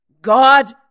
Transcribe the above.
God